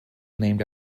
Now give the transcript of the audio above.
named